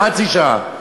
חצי שעה.